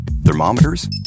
thermometers